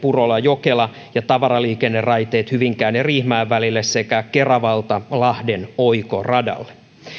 purola jokela välille ja tavaraliikenneraiteet hyvinkään ja riihimäen välille sekä keravalta lahden oikoradalle